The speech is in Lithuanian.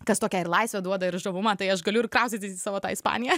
kas tokią ir laisvę duoda ir žavumą tai aš galiu ir kraustytis į savo tą ispaniją